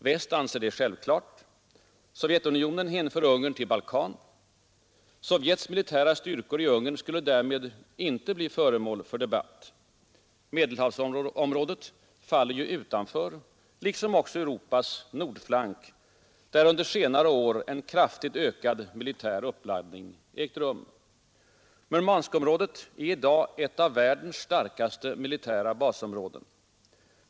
Väst anser detta självklart. Sovjetunionen hänför Ungern till Balkan. Sovjets militära styrkor i Ungern skulle därmed icke bli föremål för debatt. Medelhavsområdet faller ju utanför, liksom också Europas nordflank, där under senare år en kraftigt ökad militär uppladdning ägt rum. Murmanskområdet är i dag ett av världens största militära basområden.